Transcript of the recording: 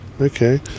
Okay